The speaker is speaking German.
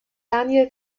daniel